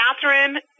Catherine